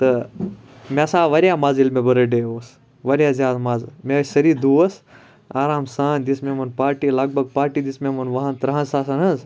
تہٕ مےٚ ہَسا آو واریاہ مَزٕ ییٚلہِ مےٚ بٔرتھ ڈے اوس واریاہ زیادِ مَزٕ مےٚ ٲسۍ سٲری دوس آرام سان دِژ مےٚ یِمَن پارٹی لَگ بگ پارٹی دِژ مےٚ یِمَن وُہَن ترٕہَن ساسَن ہِنٛز